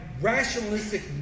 rationalistic